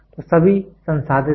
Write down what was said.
तो सभी संसाधित हैं